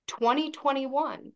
2021